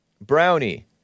Brownie